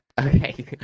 Okay